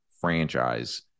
franchise